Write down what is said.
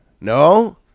No